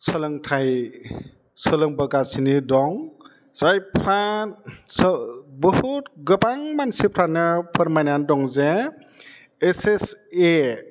सोलोंथाइ सोलोंबोगासिनो दं जायफ्रा बुहुत गोबां मानसिफ्रानो फोरमायनानै दङ जे एस एस ए